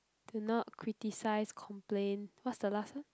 do not criticize complain what's the last C